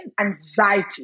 anxiety